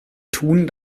tun